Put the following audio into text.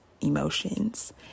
emotions